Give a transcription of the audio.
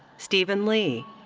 steven lee.